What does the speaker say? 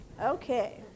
Okay